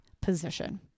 position